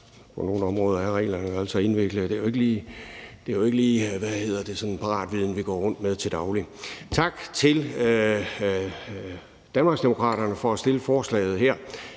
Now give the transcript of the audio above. på nogle områder er reglerne altså indviklede, og det er jo ikke lige en paratviden, vi går rundt med til daglig. Tak til Danmarksdemokraterne for at fremsætte forslaget her.